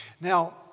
Now